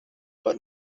but